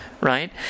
right